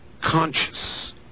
conscious